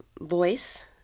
voice